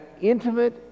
intimate